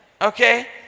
Okay